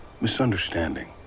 Misunderstanding